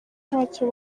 ntacyo